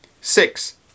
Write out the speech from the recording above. Six